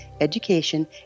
education